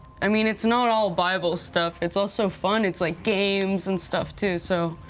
i mean, it's not all bible stuff, it's also fun. it's like games and stuff too, so,